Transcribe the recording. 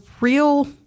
real